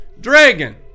dragon